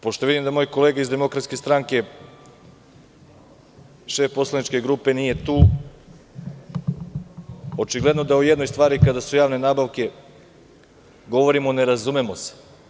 Pošto vidim da moj kolega iz DS, šef poslaničke grupe nije tu, očigledno da o jednoj stvari, kada su javne nabavke u pitanju, govorimo, a ne razumemo se.